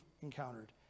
encountered